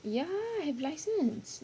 ya I have license